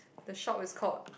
the shop is called